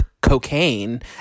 cocaine